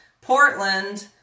Portland